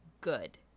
good